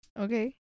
Okay